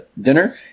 dinner